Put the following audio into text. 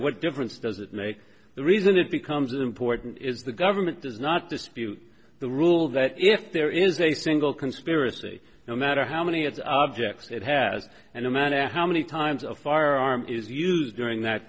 what difference does it make the reason it becomes important is the government does not dispute the rule that if there is a single conspiracy no matter how many it objects it has and amana how many times of firearms is used during that